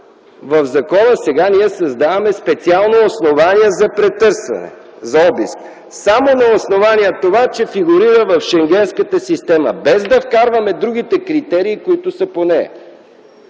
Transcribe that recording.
в закона сега ние създаваме специално основание за претърсване, за обиск само на основание на това, че фигурира в Шенгенската система, без да вкарваме другите критерии, които са по нея.